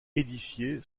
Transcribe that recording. édifiée